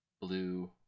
blue